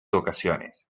ocasiones